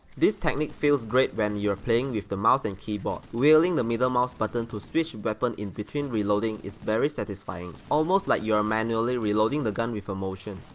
this technique feels great when you're playing with the mouse and keyboard. wheeling the middle mouse button to switch weapon in-between reloading is very satisfying, almost like you're manually reloading the gun with a motion.